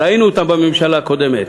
ראינו אותם בממשלה הקודמת,